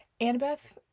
Annabeth